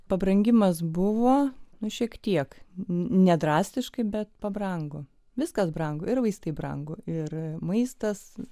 pabrangimas buvo nors šiek tiek nedrastiškai bet pabrango viskas brangu ir vaistai brangu ir maistas